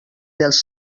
dels